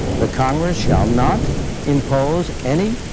the congress shall not impose any